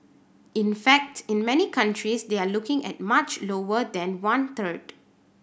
in fact in many countries they are looking at much lower than one third